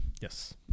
Yes